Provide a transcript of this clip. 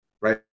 right